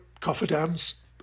cofferdams